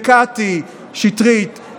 לקטי שטרית,